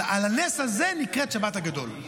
אז על הנס הזה היא נקראת שבת הגדול,